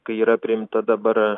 kai yra priimta dabar